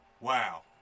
wow